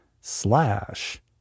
slash